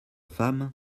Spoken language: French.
femme